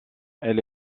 elle